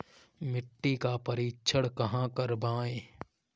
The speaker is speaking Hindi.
मिट्टी का परीक्षण कहाँ करवाएँ?